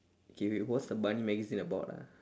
K wait what was the bunny magazine about ah